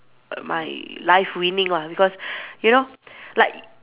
my life winning lah because you know like